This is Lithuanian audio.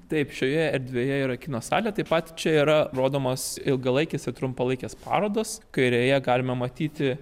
taip šioje erdvėje yra kino salė taip pat čia yra rodomos ilgalaikės ir trumpalaikės parodos kairėje galime matyti